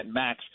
max